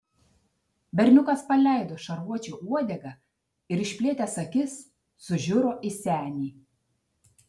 berniukas paleido šarvuočio uodegą ir išplėtęs akis sužiuro į senį